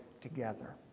together